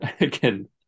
again